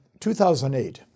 2008